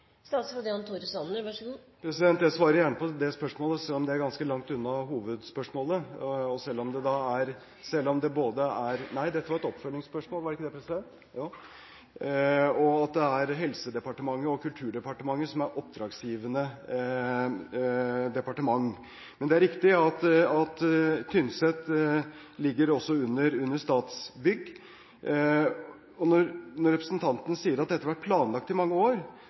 Jeg svarer gjerne på det spørsmålet, selv om det er ganske langt unna hovedspørsmålet. Det er et hovedspørsmål. Nei, dette var et oppfølgingsspørsmål – var det ikke det, president? – Jo. Det er Helsedepartementet og Kulturdepartementet som er oppdragsgivende departement. Det er riktig at arkivbygget på Tynset ligger under Statsbygg. Når representanten Andersen sier at dette har vært planlagt i mange år,